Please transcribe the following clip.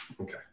Okay